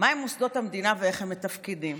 מהם מוסדות המדינה ואיך הם מתפקדים?